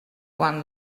quan